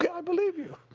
i believe you!